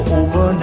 over